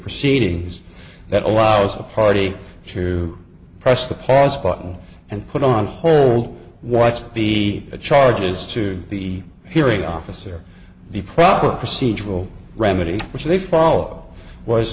proceedings that allows a party to press the pause button and put on hold watch be charges to the hearing officer the proper procedural remedy which they foll